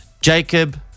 Jacob